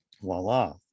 voila